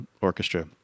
Orchestra